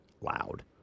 Loud